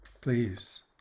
Please